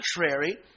contrary